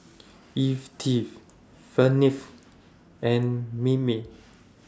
Yvette Felipe and Mimi